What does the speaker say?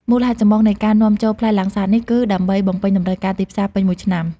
មូលហេតុចម្បងនៃការនាំចូលផ្លែលាំងសាតនេះគឺ ដើម្បីបំពេញតម្រូវការទីផ្សារពេញមួយឆ្នាំ។